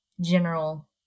general